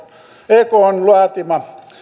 ekn laatima